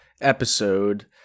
episode